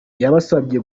yabasabye